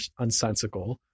unsensical